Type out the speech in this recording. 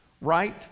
right